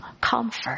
comfort